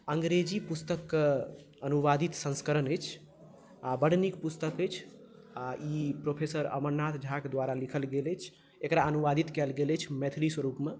अंग्रेजी पुस्तक के अनुवादित संस्करण अछि आ बड नीक पुस्तक अछि आ ई प्रोफेसर अमरनाथ झाक द्वारा लिखल गेल अछि एकरा अनुवादित कयल गेल अछि मैथिली स्वरूपमे